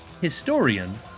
historian